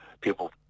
people